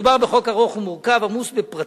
מדובר בחוק ארוך ומורכב, עמוס בפרטים.